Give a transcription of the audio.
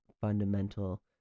fundamental